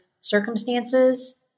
circumstances